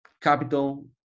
capital